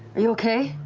are you okay?